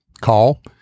call